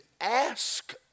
ask